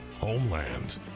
Homeland